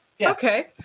Okay